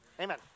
amen